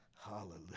Hallelujah